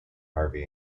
harvey